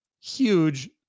huge